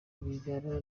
rwigara